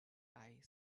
eye